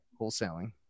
Wholesaling